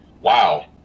wow